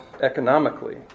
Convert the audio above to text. economically